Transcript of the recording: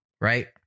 right